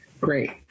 Great